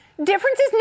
Differences